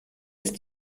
ist